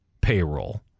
payroll